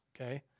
okay